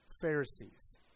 Pharisees